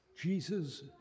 Jesus